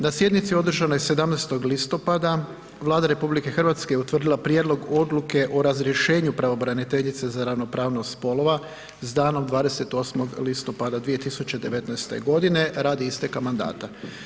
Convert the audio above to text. Na sjednici održanoj 17. listopada Vlada RH je utvrdila Prijedlog odluke o razrješenju pravobraniteljice za ravnopravnost spolova sa danom 28. listopada 2019. godine radi isteka mandata.